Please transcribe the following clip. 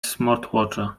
smartwatcha